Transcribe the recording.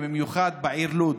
במיוחד בעיר לוד,